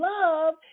love